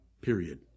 Period